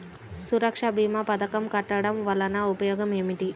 సురక్ష భీమా పథకం కట్టడం వలన ఉపయోగం ఏమిటి?